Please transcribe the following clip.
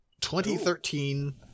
2013